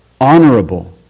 honorable